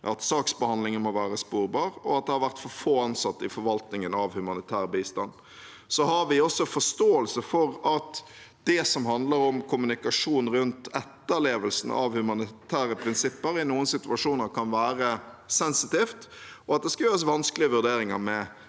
at saksbehandlingen må være sporbar, og at det har vært for få ansatte i forvaltningen av humanitær bistand. Vi har også forståelse for at det som handler om kommunikasjon rundt etterlevelsen av humanitære prinsipper, i noen situasjoner kan være sensitivt, og at det skal gjøres vanskelige vurderinger med begrenset